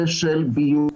נושא הביות,